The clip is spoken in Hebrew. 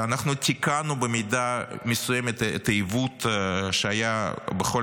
תיקנו במידה מסוימת את העיוות שהיה בכל